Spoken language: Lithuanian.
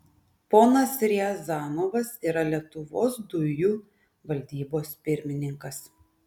ponas riazanovas yra lietuvos dujų valdybos pirmininkas